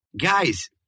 guys